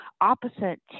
opposite